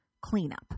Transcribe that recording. cleanup